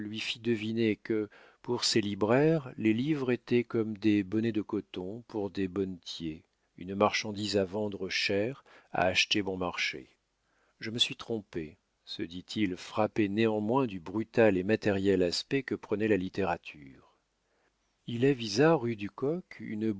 deviner que pour ces libraires les livres étaient comme des bonnets de coton pour des bonnetiers une marchandise à vendre cher à acheter bon marché je me suis trompé se dit-il frappé néanmoins du brutal et matériel aspect que prenait la littérature il avisa rue du coq